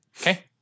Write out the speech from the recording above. Okay